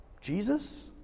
Jesus